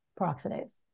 peroxidase